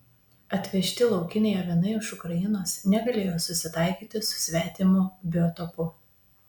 atvežti laukiniai avinai iš ukrainos negalėjo susitaikyti su svetimu biotopu